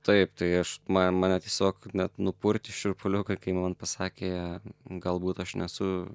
taip tai aš mane mane tiesiog net nupurtė šiurpuliukai kai man pasakė galbūt aš nesu